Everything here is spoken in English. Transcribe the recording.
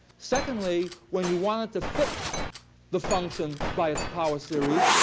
secondly, when you wanted to fit the function by its power series,